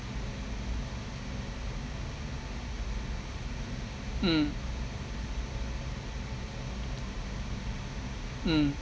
mm mm